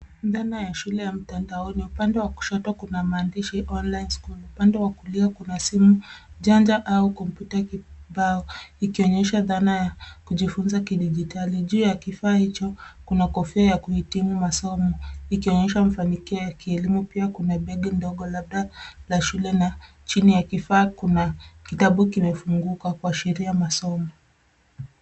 Dhana ya shule ya mtandaoni. Upande wa kushoto kuna maandishi (cs)online school(cs),upande wa kulia kuna simu janja au komputa kibao ikionyesha dhana ya kujifunza kidijitali. Juu ya kifaa hicho kuna kofia ya kuhitimu masomo ikionyesha mafanikio ya kielimu. Pia kuna bagi ndogo labda la shule, na chini ya kifaa kuna kitabu kimefunguka kuashiria masomo.